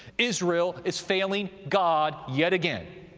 israel is failing god yet again,